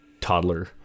toddler